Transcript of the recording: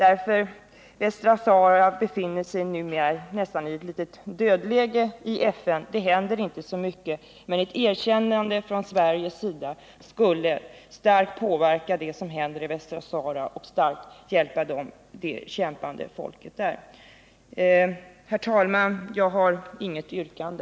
Frågan om Västra Sahara befinner sig nu nästan i ett dödläge i FN — det händer inte så mycket. Men ett erkännande från Sverige skulle starkt påverka det som händer i Västra Sahara och hjälpa det kämpande folket där. Herr talman! Jag har inget yrkande.